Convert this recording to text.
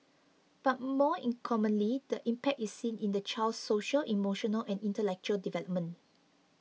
but more in commonly the impact is seen in the child's social emotional and intellectual development